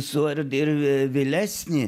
suardė ir vėlesnį